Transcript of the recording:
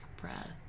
breath